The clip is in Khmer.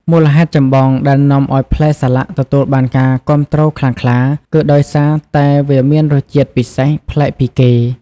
មូលហេតុចម្បងដែលនាំឱ្យផ្លែសាឡាក់ទទួលបានការគាំទ្រខ្លាំងក្លា គឺដោយសារតែវាមានរសជាតិពិសេស ប្លែកពីគេ។